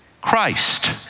Christ